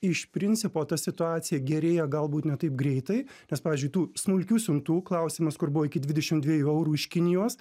iš principo ta situacija gerėja galbūt ne taip greitai nes pavyzdžiui tų smulkių siuntų klausimas kur buvo iki dvidešimt dviejų eurų iš kinijos